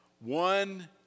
One